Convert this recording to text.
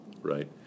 right